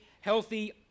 healthy